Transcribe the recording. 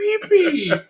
creepy